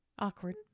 Awkward